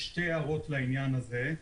יש הערות לעניין הזה: